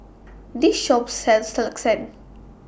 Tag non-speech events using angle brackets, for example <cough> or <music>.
<noise> This Shop sells Lasagne